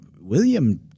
William